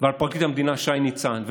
ועל פרקליט המדינה שי ניצן.